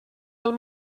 del